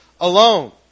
alone